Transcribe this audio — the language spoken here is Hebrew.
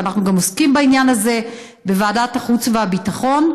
ואנחנו גם עוסקים בעניין הזה בוועדת החוץ והביטחון.